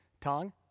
Tong